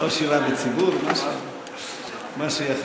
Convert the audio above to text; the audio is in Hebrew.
תודה